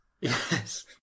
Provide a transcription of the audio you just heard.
Yes